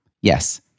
Yes